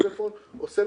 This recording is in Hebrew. פלאפון או סלקום,